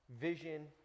vision